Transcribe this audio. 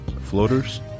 floaters